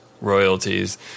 royalties